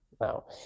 now